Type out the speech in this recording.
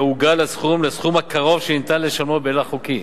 יעוגל הסכום לסכום הקרוב שניתן לשלמו בהילך חוקי,